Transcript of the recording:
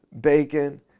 bacon